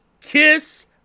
Kiss